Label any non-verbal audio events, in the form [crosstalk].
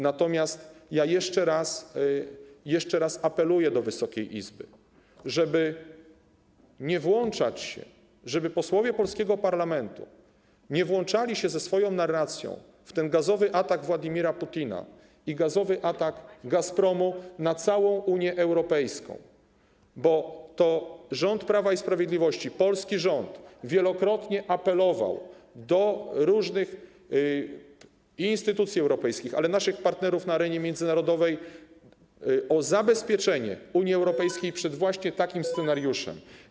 Natomiast ja jeszcze raz apeluję do Wysokiej Izby, żeby posłowie polskiego parlamentu nie włączali się ze swoją narracją w ten gazowy atak Władimira Putina i gazowy atak Gazpromu na całą Unię Europejską, bo to rząd Prawa i Sprawiedliwości, polski rząd, wielokrotnie apelował do różnych instytucji europejskich i naszych partnerów na arenie międzynarodowej o zabezpieczenie Unii Europejskiej [noise] przed właśnie takim scenariuszem.